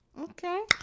okay